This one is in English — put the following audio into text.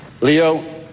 Leo